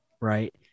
Right